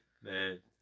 Man